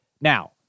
Now